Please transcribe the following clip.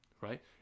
right